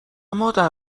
مادر